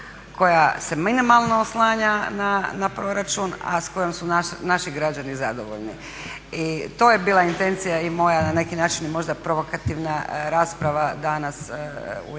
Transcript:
koja se minimalno oslanja na proračun, a s kojom su naši građani zadovoljni i to je bila intencija i moja na neki način možda provokativna rasprava danas u ime